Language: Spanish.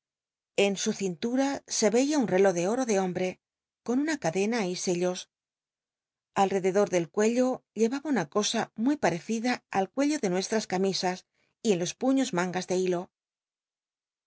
en su cintura se veia un reló de oro de hombe con una cadena y sellos al rcdcdo del cuello llevaba una as camisas cosa muy parecida al cuello de nucst y en los puños mangas de hilo